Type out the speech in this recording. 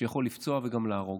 שיכול לפצוע וגם להרוג.